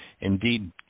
indeed